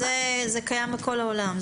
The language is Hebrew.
זה קיים בכל העולם.